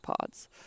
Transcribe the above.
pods